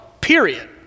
period